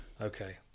Okay